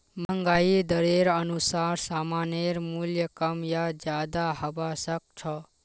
महंगाई दरेर अनुसार सामानेर मूल्य कम या ज्यादा हबा सख छ